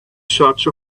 search